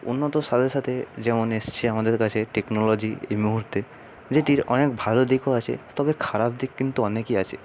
উন্নত সাথে সাথে যেমন এসছে আমাদের কাছে টেকনোলজি এই মুহুর্তে যেটির অনেক ভালো দিকও আছে তবে খারাপ দিক কিন্তু অনেকই আছে